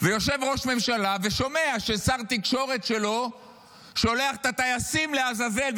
יושב ראש ממשלה ושומע ששר התקשורת שלו שולח את הטייסים לעזאזל,